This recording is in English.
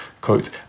quote